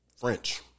French